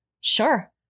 sure